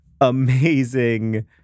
amazing